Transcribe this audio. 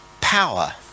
power